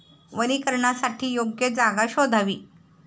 वनीकरणासाठी योग्य जागा शोधावी